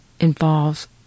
involves